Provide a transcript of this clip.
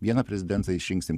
vieną prezidentą išrinksim